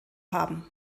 haben